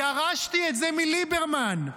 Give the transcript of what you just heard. ירשתי את זה מליברמן.